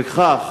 בכך